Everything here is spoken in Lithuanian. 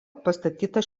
pastatytas